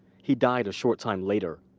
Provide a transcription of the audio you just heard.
he died a short time later.